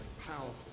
powerful